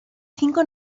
cinco